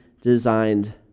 Designed